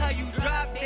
ah you drop